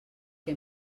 que